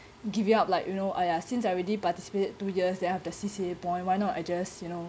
giving up like you know I I since I already participated two years then I have the C_C_A point why not I just you know